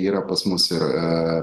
yra pas mus ir